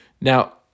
Now